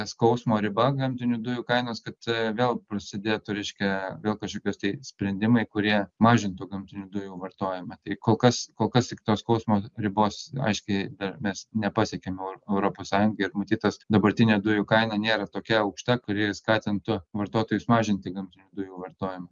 skausmo riba gamtinių dujų kainos kad vėl prasidėtų reiškia vėl kažkokios tai sprendimai kurie mažintų gamtinių dujų vartojimą tai kol kas kol kas tik to skausmo ribos aiškiai dar mes nepasiekėme eur europos sąjungoj ir matyt tas dabartinė dujų kaina nėra tokia aukšta kuri skatintų vartotojus mažinti gamtinių dujų vartojimą